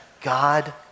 God